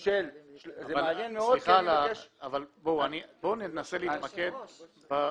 של --- בואו ננסה להתמקד בנושא.